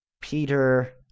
Peter